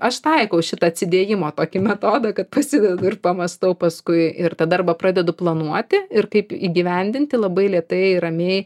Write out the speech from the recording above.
aš taikau šitą atsidėjimo tokį metodą kad pasidedu ir pamąstau paskui ir tada arba pradedu planuoti ir kaip įgyvendinti labai lėtai ir ramiai